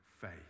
faith